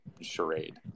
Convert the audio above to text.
charade